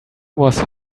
was